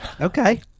Okay